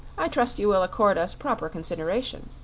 i trust you will accord us proper consideration.